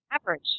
Average